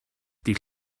dydd